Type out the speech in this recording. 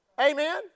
amen